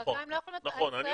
נכון,